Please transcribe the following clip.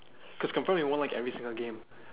cause confirm you won't like every single game